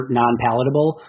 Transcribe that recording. non-palatable